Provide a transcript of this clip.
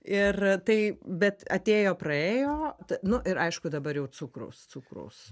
ir tai bet atėjo praėjo nu ir aišku dabar jau cukraus cukraus